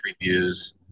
reviews